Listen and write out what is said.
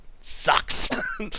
sucks